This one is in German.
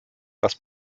das